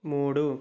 మూడు